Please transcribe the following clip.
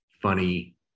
funny